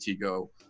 go